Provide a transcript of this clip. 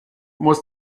muss